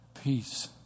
peace